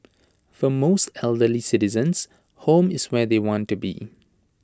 for most elderly citizens home is where they want to be